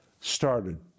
started